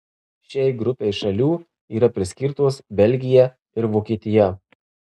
šiai grupei šalių yra priskirtos belgija ir vokietija